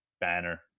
banner